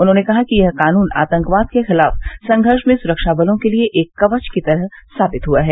उन्होंने कहा कि यह कानून आतंकवाद के खिलाफ संघर्ष में सुरक्षा बलों के लिए एक कवच की तरह साबित हुआ है